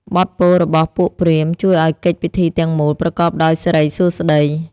បទពោលរបស់ពួកព្រាហ្មណ៍ ជួយឱ្យកិច្ចពិធីទាំងមូលប្រកបដោយសិរីសួស្ដី។